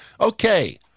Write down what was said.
okay